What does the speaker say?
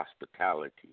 hospitality